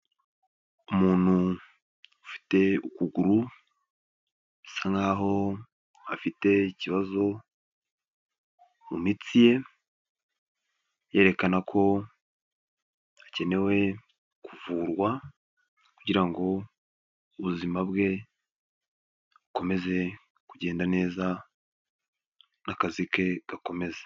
Umuntu ufite ukuguru bisa nkaho afite ikibazo mu mitsi ye, yerekana ko hakenewe kuvurwa kugira ngo ubuzima bwe bukomeze kugenda neza n'akazi ke gakomeza.